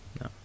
no